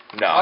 No